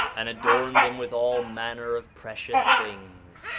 and adorn them with all manner of precious things.